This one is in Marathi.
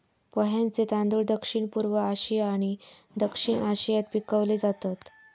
पोह्यांचे तांदूळ दक्षिणपूर्व आशिया आणि दक्षिण आशियात पिकवले जातत